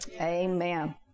Amen